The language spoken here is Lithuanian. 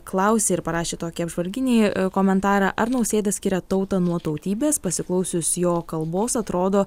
klausė ir parašė tokį apžvalginį komentarą ar nausėda skiria tautą nuo tautybės pasiklausius jo kalbos atrodo